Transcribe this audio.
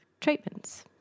treatments